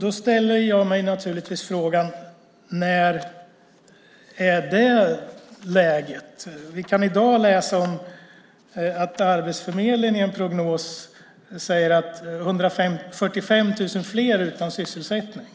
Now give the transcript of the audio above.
Då ställer jag mig naturligtvis frågan: När är det? Vi kan i dag läsa att Arbetsförmedlingen i en prognos säger att 145 000 fler kommer att stå utan sysselsättning